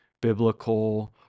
biblical